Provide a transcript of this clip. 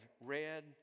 read